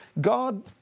God